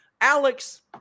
Alex